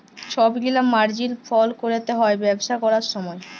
ছব গিলা মার্জিল ফল ক্যরতে হ্যয় ব্যবসা ক্যরার সময়